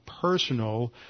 personal